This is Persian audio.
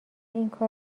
اینکار